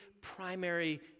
primary